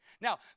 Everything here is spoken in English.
Now